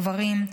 גברים,